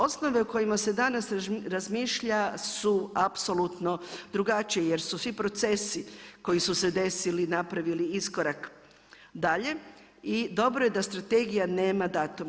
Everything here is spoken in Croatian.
Osnove o kojima se danas razmišlja su apsolutno drugačije jer su svi procesi koji su se desili napravili iskorak dalje i dobro je da strategija nema datuma.